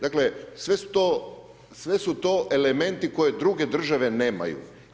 Dakle, sve su to elementi koje druge države nemaju.